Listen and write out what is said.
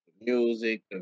music